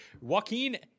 joaquin